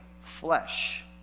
flesh